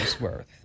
worth